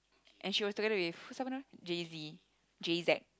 and she was together with who's siapa nama Jay-Z Jay-Z